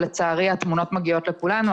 ולצערי התמונות מגיעות לכולנו.